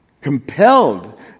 compelled